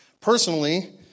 personally